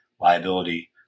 liability